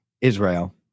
Israel